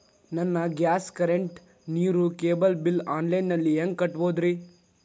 ನನ್ನ gas, current, ನೇರು, cable bill online ನಲ್ಲಿ ಹೆಂಗ್ ಕಟ್ಟೋದ್ರಿ?